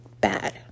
bad